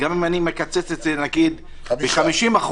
כמובן שהוועדה יכולה להחליט שהיא בכלל משנה את האיזון,